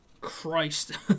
Christ